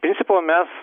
principo mes